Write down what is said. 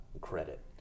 credit